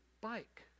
bike